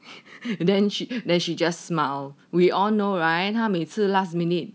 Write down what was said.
then she then she just smile we all know right 他每次 last minute